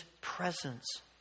presence